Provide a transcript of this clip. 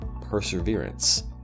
perseverance